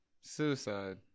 Suicide